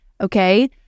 Okay